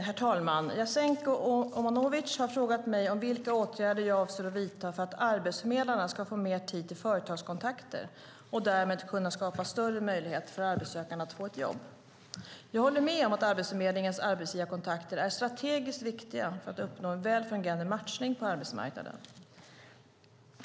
Herr talman! Jasenko Omanovic har frågat mig om vilka åtgärder jag avser att vidta för att arbetsförmedlarna ska få mer tid till företagskontakter och därmed kunna skapa större möjligheter för arbetssökande att få ett jobb. Jag håller med om att Arbetsförmedlingens arbetsgivarkontakter är strategiskt viktiga för att uppnå en väl fungerande matchning på arbetsmarknaden.